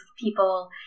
people